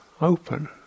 open